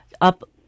up